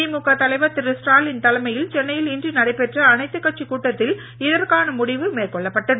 திமுக தலைவர் திரு ஸ்டாலின் தலைமையில் சென்னையில் இன்று நடைபெற்ற அனைத்துக் கட்சிக் கூட்டத்தில் இதற்கான முடிவு மேற்கொள்ளப்பட்டது